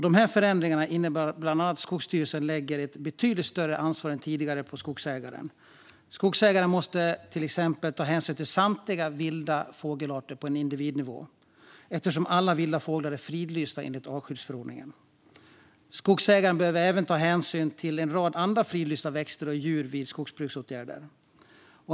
Dessa förändringar innebär bland annat att Skogsstyrelsen lägger ett betydligt större ansvar än tidigare på skogsägaren. Skogsägaren måste till exempel ta hänsyn till samtliga vilda fågelarter på individnivå eftersom alla vilda fåglar är fridlysta enligt artskyddsförordningen. Skogsägaren behöver även ta hänsyn till en rad andra fridlysta växter och djur vid skogsbruksåtgärder.